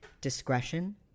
discretion